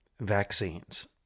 vaccines